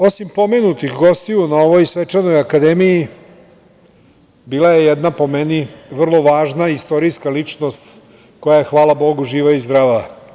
Osim pomenutih gostiju na ovoj svečanoj Akademiji bila je jedna, po meni vrlo važna istorijska ličnost koja je, hvala Bogu, živa i zdrava.